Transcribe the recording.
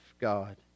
God